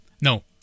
no